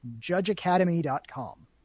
judgeacademy.com